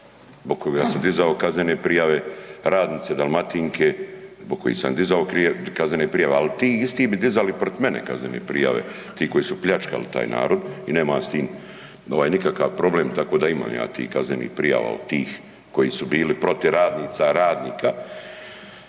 koga sam dizao kaznene prijave, radnice Dalmatinke zbog kojih sam dizao kaznene prijave. Ali ti isti bi dizali protiv mene kaznene prijave, ti koji su pljačkali taj narod i nema s tim nikakav problem, tako da imam ja tih kaznenih prijava od tih koji su bili protiv radnica, radnika.